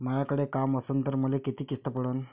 मायाकडे काम असन तर मले किती किस्त पडन?